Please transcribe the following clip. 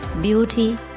beauty